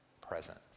presence